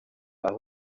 aha